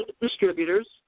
distributors